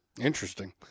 Interesting